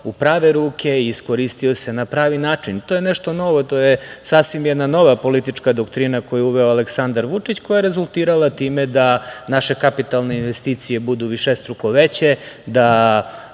u prave ruke i iskoristio se na pravi način. To je nešto novo i to je sasvim jedna nova politička doktrina koju je uveo Aleksandar Vučić, koja je rezultirala time da naše kapitalne investicije budu višestruko veće, da